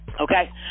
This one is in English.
okay